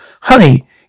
honey